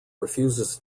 refuses